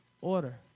Order